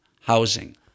housing